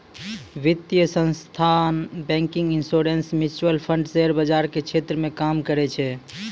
वित्तीय संस्थान banking insurance mutual fund share बाजार के क्षेत्र मे काम करै छै